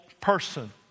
person